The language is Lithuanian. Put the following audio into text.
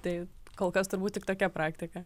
tai kol kas turbūt tik tokia praktika